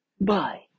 Bye